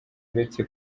uretse